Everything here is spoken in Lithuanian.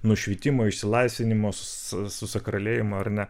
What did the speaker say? nušvitimo išsilaisvinimo su susakralėjimo ar ne